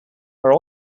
are